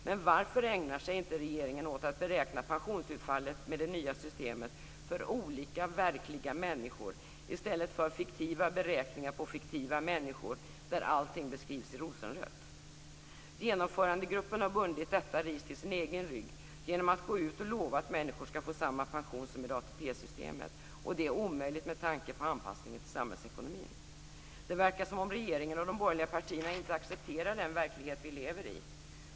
Men varför ägnar sig inte regeringen åt att beräkna pensionsutfallet med det nya systemet för olika verkliga människor i stället för fiktiva beräkningar på fiktiva människor där allting beskrivs i rosenrött? Genomförandegruppen har bundit detta ris till sin egen rygg genom att gå ut och lova att människor skall få samma pension som med ATP-systemet. Detta är dock omöjligt med tanke på anpassningen till samhällsekonomin. Det verkar som om regeringen och de borgerliga partierna inte accepterar den verklighet vi lever i.